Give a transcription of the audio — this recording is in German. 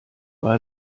war